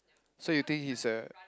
so you think he's a